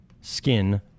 skin